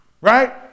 right